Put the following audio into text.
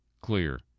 clear